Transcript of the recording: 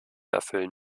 erfüllen